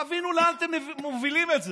תבינו לאן אתם מובילים את זה.